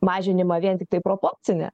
mažinimą vien tiktai proporcinę